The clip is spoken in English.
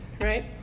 right